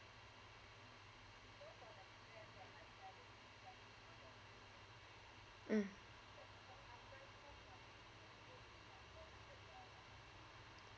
mm